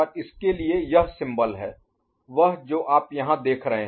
और इसके लिए यह सिंबल प्रतीक है वह जो आप यहां देख रहे हैं